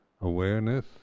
awareness